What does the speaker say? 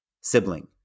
sibling